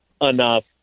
enough